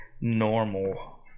normal